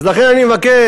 אז לכן אני מבקש